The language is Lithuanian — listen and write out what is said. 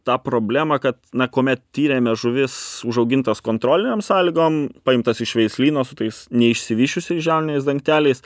tą problemą kad na kuomet tyrėme žuvis užaugintas kontrolinėm sąlygom paimtas iš veislyno su tais neišsivysčiusiais žiauniniais dangteliais